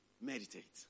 meditate